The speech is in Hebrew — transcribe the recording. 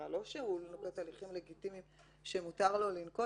החקירה; לא שהוא נוקט הליכים לגיטימיים שמותר לו לנקוט